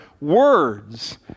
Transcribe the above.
words